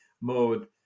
mode